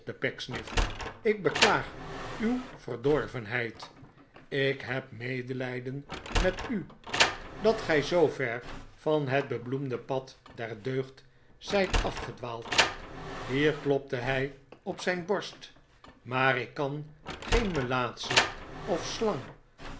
ik beklaag uw verdorvenheid ik heb medelijden met u dat gij zoover van het bebloemde pad der deugd zijt afgedwaald hiervklopte hij op zijn borst maar ik kan geen melaatsche of slang